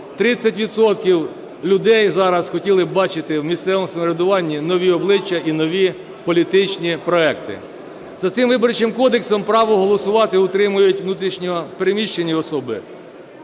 людей зараз хотіли б бачити в місцевому самоврядуванні нові обличчя і нові політичні проекти. За цим Виборчим кодексом право голосувати отримують внутрішньо переміщені особи,